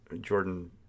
Jordan